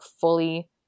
fully